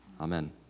Amen